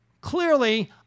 clearly